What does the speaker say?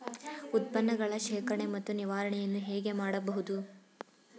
ಉತ್ಪನ್ನಗಳ ಶೇಖರಣೆ ಮತ್ತು ನಿವಾರಣೆಯನ್ನು ಹೇಗೆ ಮಾಡಬಹುದು?